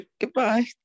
goodbye